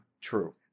true